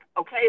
okay